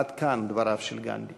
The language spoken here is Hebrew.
עד כאן דבריו של גנדי.